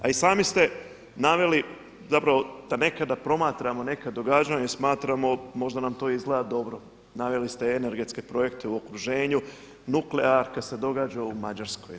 A i sami ste naveli, zapravo da nekada promatramo neka događanja i smatramo možda nam to izgleda dobro, naveli ste energetske projekte u okruženju, nuklearka se događa u Mađarskoj.